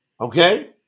Okay